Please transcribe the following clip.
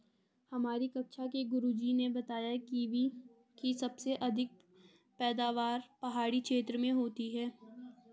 हमारी कक्षा के गुरुजी ने बताया कीवी की सबसे अधिक पैदावार पहाड़ी क्षेत्र में होती है